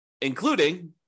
including